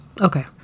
Okay